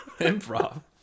improv